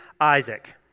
Isaac